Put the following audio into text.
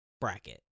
bracket